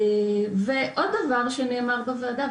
עוד דבר שנאמר בוועדה,